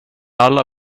alla